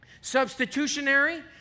Substitutionary